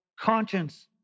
conscience